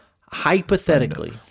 hypothetically